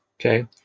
okay